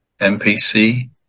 NPC